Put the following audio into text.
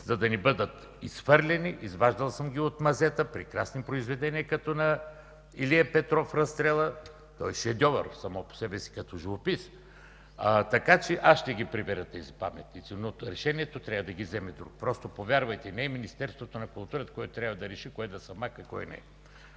за да не бъдат изхвърлени, изваждал съм от мазета прекрасни произведения, като на Илия Петров „Разстрелът” – то е шедьовър само по себе си като живопис, така че аз ще прибера тези паметници, но решението трябва да го вземе друг. Повярвайте ми, не е Министерството на културата, което трябва да реши кое да се маха, кое не.